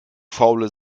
faule